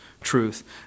truth